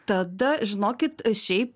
tada žinokit šiaip